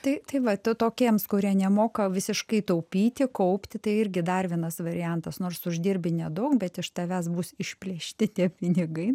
tai tai va tai tokiems kurie nemoka visiškai taupyti kaupti tai irgi dar vienas variantas nors uždirbi nedaug bet iš tavęs bus išplėšti tie pinigai